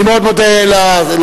אני מאוד מודה לשר.